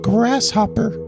Grasshopper